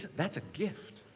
that's a gift.